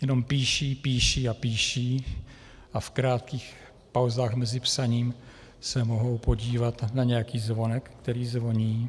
Jenom píší, píší a píší a v krátkých pauzách mezi psaním se mohou podívat na nějaký zvonek, který zvoní.